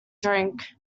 drink